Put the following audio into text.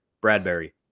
Bradbury